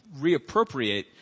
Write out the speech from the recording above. reappropriate